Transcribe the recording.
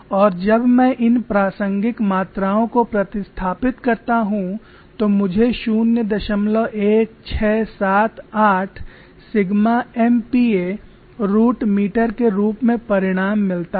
और जब मैं इन प्रासंगिक मात्राओं को प्रतिस्थापित करता हूं तो मुझे 01678 सिग्मा MPa रूट मीटर के रूप में परिणाम मिलता है